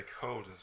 stakeholders